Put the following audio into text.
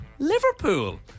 Liverpool